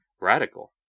radical